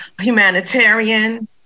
humanitarian